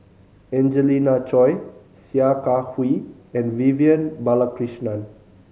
Angelina Choy Sia Kah Hui and Vivian Balakrishnan